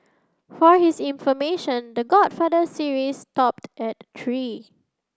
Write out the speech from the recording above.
for his information The Godfather series stopped at three